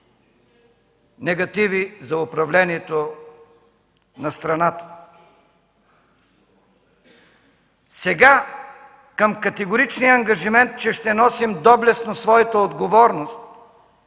негативи за управлението на страната. Сега към категоричния ангажимент, че ще носим доблестно своята отговорност,